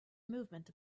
movement